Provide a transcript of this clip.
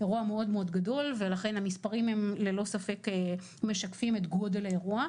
אירוע מאוד מאוד גדול ולכן המספרים הם ללא ספק משקפים את גודל האירוע,